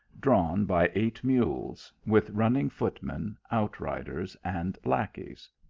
drawn by eight mules, with running foot men, outriders, and lacqueys,